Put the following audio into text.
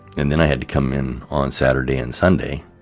and then i had to come in on saturday and sunday,